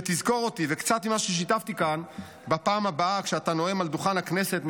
שתזכור אותי וקצת ממה ששיתפתי כאן בפעם הבאה כשאתה נואם על דוכן הכנסת,